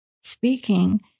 speaking